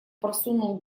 просунул